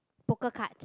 poker card